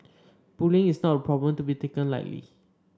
bullying is not a problem to be taken lightly